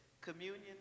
communion